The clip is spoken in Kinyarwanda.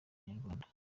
nyarwanda